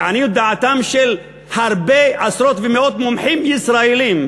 לעניות דעתם של הרבה עשרות ומאות מומחים ישראלים,